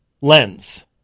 lens